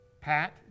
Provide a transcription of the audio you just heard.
Pat